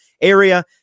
area